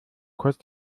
kurz